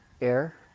air